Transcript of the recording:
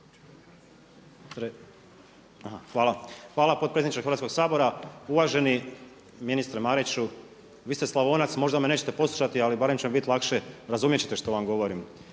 (SDP)** Hvala potpredsjedniče Hrvatskog sabora. Uvaženi ministre Mariću. Vi ste Slavonac možda me nećete poslušati, ali barem će mi biti lakše razumjet ćete što vam govorim.